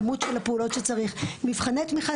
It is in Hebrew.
לא נאסף בצורה נכונה,